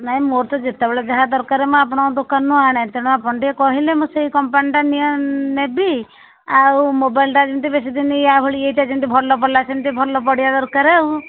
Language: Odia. ନାଇ ମୋର ତ ଯେତେବେଳେ ଯାହା ଦରକାର ମୁଁ ଆପଣଙ୍କ ଦୋକାନରୁ ଆଣେ ତେଣୁ ଆପଣ ଟିକିଏ କହିଲେ ମୁଁ ସେଇ କମ୍ପାନୀଟା ନେବି ଆଉ ମୋବାଇଲଟା ଯେମିତି ବେଶୀ ଦିନ ଏହା ଭଳି ଏଇଟା ଯେମିତି ଭଲ ପଡ଼ିଲା ଭଲ ପଡ଼ିବା ଦରକାରେ ଆଉ